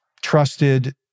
trusted